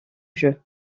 jeu